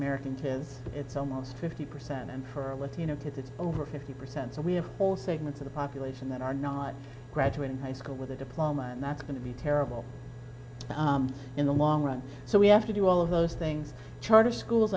american to it's almost fifty percent and for latino kids it's over fifty percent so we have all segments of the population that are not graduating high school with a diploma and that's going to be terrible in the long run so we have to do all of those things charter schools